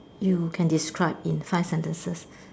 you can describe in five sentences